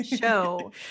show